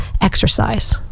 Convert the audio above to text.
exercise